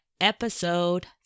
Episode